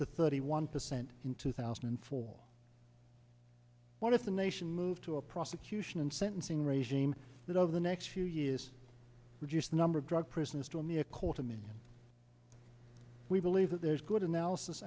to thirty one percent in two thousand and four one of the nation moved to a prosecution and sentencing regime that over the next few years reduced the number of drug prisoners on the a quarter million we believe that there's good analysis